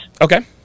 Okay